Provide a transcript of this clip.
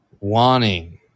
wanting